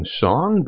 song